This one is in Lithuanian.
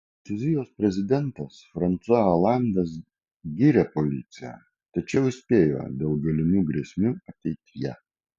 prancūzijos prezidentas fransua olandas gyrė policiją tačiau įspėjo dėl galimų grėsmių ateityje